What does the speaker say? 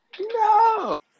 No